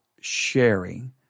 sharing